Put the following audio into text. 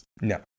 No